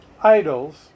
idols